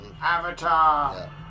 Avatar